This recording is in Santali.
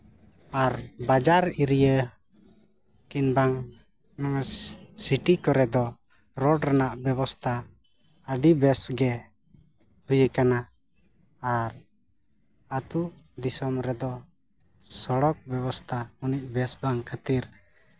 ᱟᱨ ᱵᱟᱡᱟᱨ ᱮᱨᱤᱭᱟᱹ ᱠᱤᱝᱵᱟ ᱢᱚᱡᱽ ᱥᱤᱴᱤ ᱠᱚᱨᱮᱫ ᱫᱚ ᱨᱳᱰ ᱨᱮᱱᱟᱜ ᱵᱮᱵᱚᱥᱛᱷᱟ ᱟᱹᱰᱤ ᱵᱮᱥ ᱜᱮ ᱦᱩᱭ ᱠᱟᱱᱟ ᱟᱨ ᱟᱹᱛᱩ ᱫᱤᱥᱚᱢ ᱨᱮᱫᱚ ᱥᱚᱲᱚᱠ ᱵᱮᱵᱚᱥᱛᱷᱟ ᱩᱱᱟᱹᱜ ᱵᱮᱥ ᱵᱟᱝ ᱠᱷᱟᱹᱛᱤᱨ